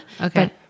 Okay